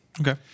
okay